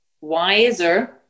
wiser